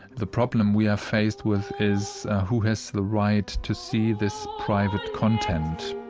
the problem we are faced with is who has the right to see this private content.